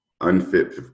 unfit